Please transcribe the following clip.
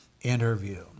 interview